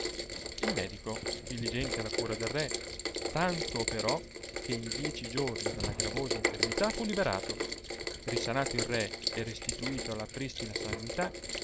il medico diligente alla cura del ke tanto operò che in dieci giorni dalla gravosa infermità fu liberato risanato il re e restituito alla pristina sanità